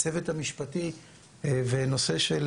הצוות המשפטי ונושא של